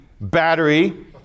battery